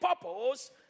purpose